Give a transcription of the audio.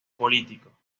político